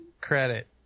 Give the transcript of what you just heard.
credit